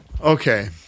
Okay